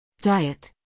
Diet